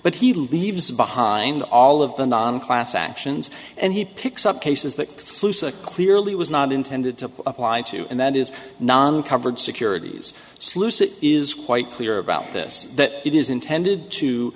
but he leaves behind all of the non class actions and he picks up cases that clearly was not intended to apply to and that is non covered securities sluice it is quite clear about this that it is intended to